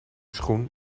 schoen